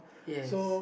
yes